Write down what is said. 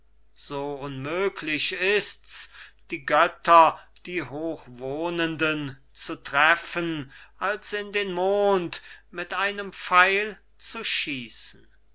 so unmöglich ist's die götter die hochwohnenden zu treffen als in den mond mit einem pfeil zu schießen